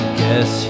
guess